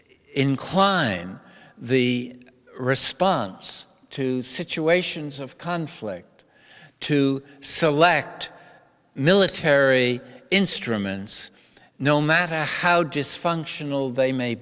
incline the response to situations of conflict to select military instruments no matter how dysfunctional they may